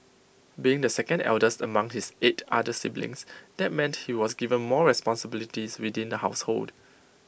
being the second eldest among his eight other siblings that meant he was given more responsibilities within the household